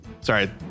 Sorry